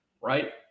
Right